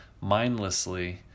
mindlessly